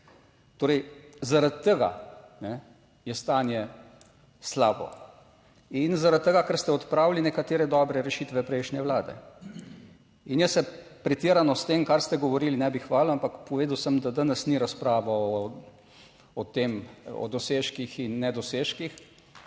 torej, zaradi tega je stanje slabo. In zaradi tega, ker ste odpravili nekatere dobre rešitve prejšnje vlade. In jaz se pretirano s tem kar ste govorili ne bi hvalil, ampak povedal sem, da danes ni razprava o tem, o dosežkih in ne dosežkih.